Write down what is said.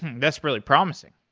that's really promising.